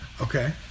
Okay